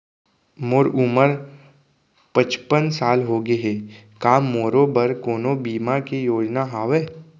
मोर उमर पचपन साल होगे हे, का मोरो बर कोनो बीमा के योजना हावे?